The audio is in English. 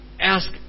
ask